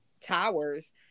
towers